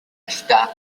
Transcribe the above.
está